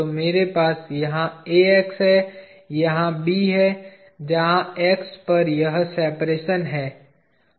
तो मेरे पास यहां AX है यहाँ B है जहां X पर यह सेपरेशन है